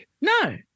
no